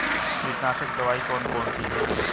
कीटनाशक दवाई कौन कौन सी हैं?